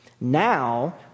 Now